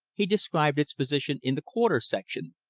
he described its position in the quarter-section.